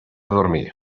dormir